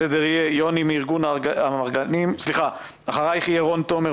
שכרגע מפורסמות בערוץ 13,